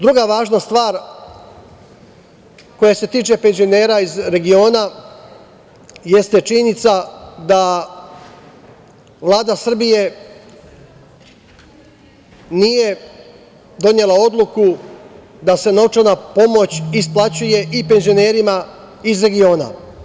Druga važna stvar koja se tiče penzionera iz regiona jeste činjenica da Vlada Srbije nije donela odluku da se novčana pomoć isplaćuje i penzionerima iz regiona.